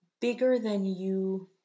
bigger-than-you